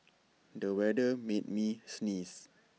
the weather made me sneeze